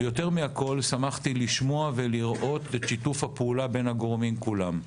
יותר מהכול שמחתי לשמוע ולראות את שיתוף הפעולה בין הגורמים כולם,